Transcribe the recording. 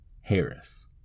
Harris